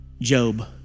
Job